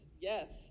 yes